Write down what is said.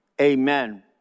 Amen